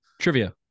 Trivia